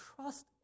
trust